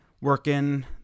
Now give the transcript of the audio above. working